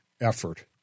effort